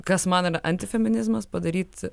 kas manome antifeminizmas padaryt